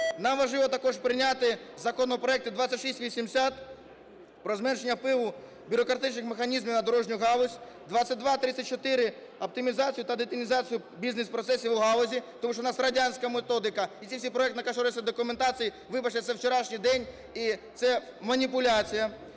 нам важливо також прийняти законопроекти 2680 – про зменшення впливу бюрократичних механізмів на дорожню галузь, 2234 – оптимізацію та детінізацію бізнес-процесів у галузі, тому що в нас радянська методика, і ці всі проектно-кошторисні документації, вибачте, це вчорашній день і це маніпуляція,